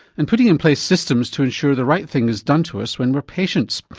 and putting in place systems to ensure the right thing is done to us when we are patients.